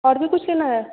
और भी कुछ लेना है